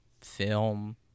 film